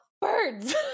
birds